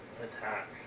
attack